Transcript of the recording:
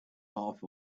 half